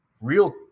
real